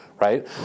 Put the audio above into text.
right